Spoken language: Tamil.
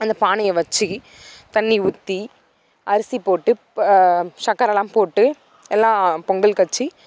அந்தப் பானையை வச்சு தண்ணி ஊற்றி அரிசி போட்டு சக்கரைலாம் போட்டு எல்லாம் பொங்கல் வச்சி